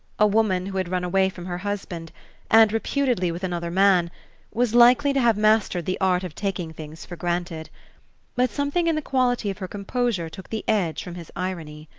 a woman who had run away from her husband and reputedly with another man was likely to have mastered the art of taking things for granted but something in the quality of her composure took the edge from his irony.